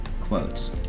Quotes